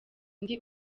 undi